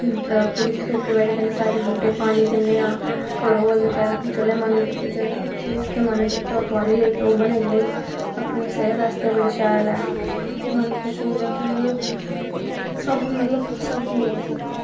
पूरी खेतीबाड़ी करनी सारे बूह्टें ई पानी दिन्ने आं रोज जेल्लै मन कीता जेहड़ी चीज आस्तै मन